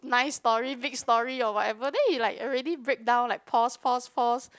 nice story big story or whatever then he like already break down like pause pause pause